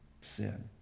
sin